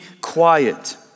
quiet